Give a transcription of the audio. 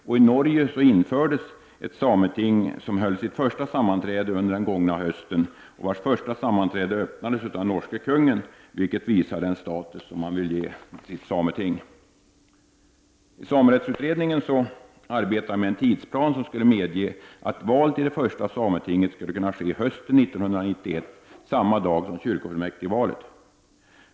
I Norge infördes ett sameting som höll sitt första sammanträde under den gångna hösten och vars första sammanträde öppnades av den norske kungen, vilket visar den status man vill ge sitt sameting. I samerättsutredningen arbetade vi med en tidsplan som skulle medge att val till det första sametinget skulle kunna ske hösten 1991 samma dag som kyrkofullmäktigevalet.